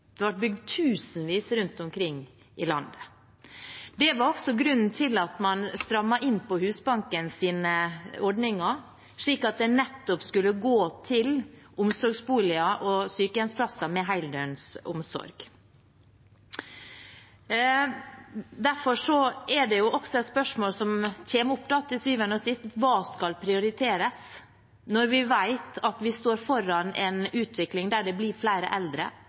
inn på Husbankens ordninger, slik at de nettopp skulle gå til sykehjemsplasser og omsorgsboliger med heldøgns omsorg. Derfor er det et spørsmål som kommer opp til syvende og sist: Hva skal prioroteres når vi vet vi står foran en utvikling der det blir flere pleietrengende eldre,